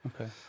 Okay